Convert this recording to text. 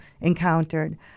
encountered